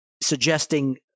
suggesting